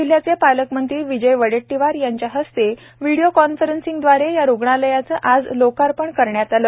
जिल्ह्याचे पालकमंत्री विजय वडेट्टीवार यांच्या हस्ते विडिओ कॉन्फरन्सिंगदवाराया रुग्णालयाचे आज लोकार्पण करण्यात आले